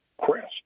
Crest